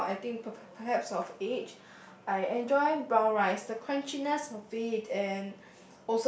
now I think per~ per~ perhaps of age I enjoy brown rice the crunchiness of it and